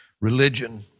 religion